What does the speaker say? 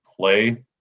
play